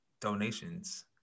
donations